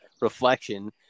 reflection